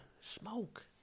Smoke